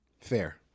fair